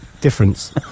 Difference